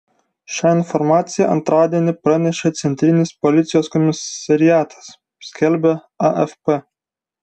šią informaciją antradienį pranešė centrinis policijos komisariatas skelbia afp